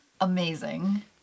amazing